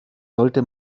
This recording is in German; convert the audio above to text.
sollte